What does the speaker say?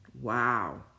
Wow